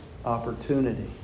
Opportunity